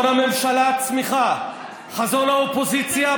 חזון הממשלה,